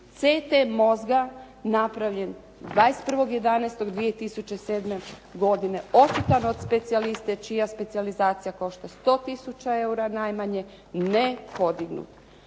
CT mozga napravljen 21.11.2007. godine, očitan od specijaliste čija specijalizacija košta 100000 eura najmanje ne podignut.